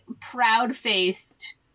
proud-faced